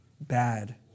bad